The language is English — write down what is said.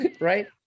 Right